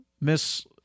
Miss